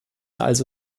also